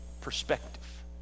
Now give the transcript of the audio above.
perspective